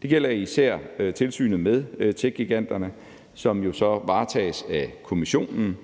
Det gælder især tilsynet med techgiganterne, som jo så varetages af Kommissionen